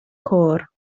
côr